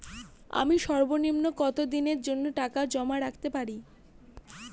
আমি সর্বনিম্ন কতদিনের জন্য টাকা জমা রাখতে পারি?